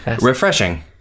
Refreshing